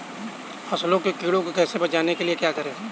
फसल को कीड़ों से बचाने के लिए क्या करें?